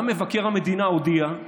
גם מבקר המדינה הודיע,